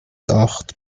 acht